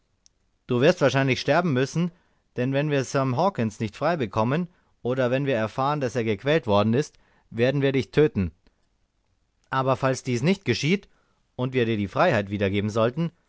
du wirst wahrscheinlich sterben müssen denn wenn wir sam hawkens nicht frei bekommen oder wenn wir erfahren daß er gequält worden ist werden wir dich töten aber falls dies nicht geschieht und wir dir die freiheit wiedergeben sollten